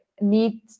need